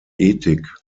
ethik